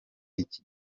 iki